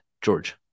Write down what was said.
George